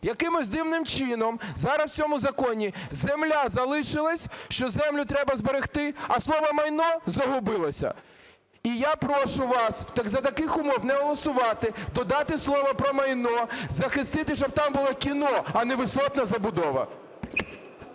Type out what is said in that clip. Якимось дивним чином зараз в цьому законі земля залишилась, що землю треба зберегти, а слово "майно" загубилося. І я прошу вас за таких умов не голосувати, додати слово "про майно", захистити, щоб там було кіно, а не висотна забудова.